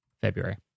February